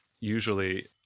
Usually